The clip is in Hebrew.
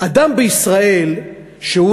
אדם בישראל שהוא,